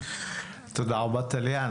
תודה רבה, טליה.